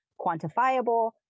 quantifiable